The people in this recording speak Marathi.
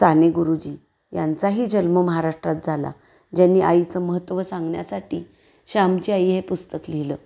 साने गुरुजी यांचाही जन्म महाराष्ट्रात झाला ज्यांनी आईचं महत्त्व सांगण्यासाठी श्यामची आई हे पुस्तक लिहिलं